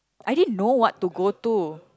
I did know what to go to